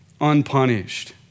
unpunished